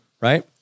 Right